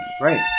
Right